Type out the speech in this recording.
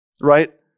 right